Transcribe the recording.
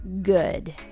Good